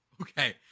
Okay